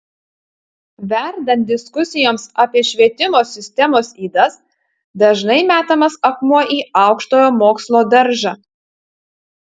verdant diskusijoms apie švietimo sistemos ydas dažnai metamas akmuo į aukštojo mokslo daržą